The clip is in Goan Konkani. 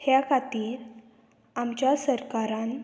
ह्या खातीर आमच्या सरकारान